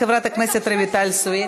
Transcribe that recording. אני הפסקתי באמצע ואת ראית את זה.